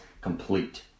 complete